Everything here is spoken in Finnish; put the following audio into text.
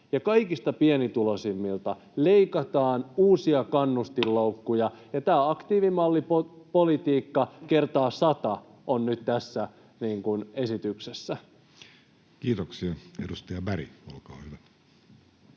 kaikista pienituloisimmilta leikataan, tulee uusia kannustinloukkuja, ja aktiivimallipolitiikka kertaa sata on nyt tässä esityksessä. Kiitoksia. — Edustaja Berg, olkaa hyvä.